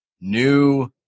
new